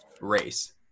race